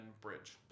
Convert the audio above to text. bridge